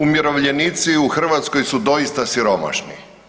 Umirovljenici u Hrvatskoj su doista siromašni.